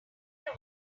can